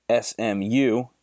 SMU